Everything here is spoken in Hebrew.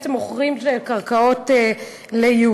בעצם מוכרים של קרקעות ליהודים,